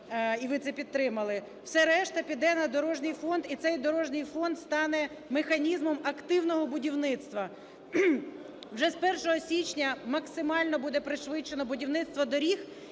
і ви це підтримали, все решта піде на дорожній фонд, і цей дорожній фонд стане механізмом активного будівництва. Вже з 1 січня максимально буде пришвидшено будівництво доріг